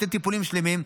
עשית טיפולים שלמים,